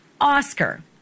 Oscar